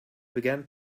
began